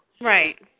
Right